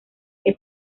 que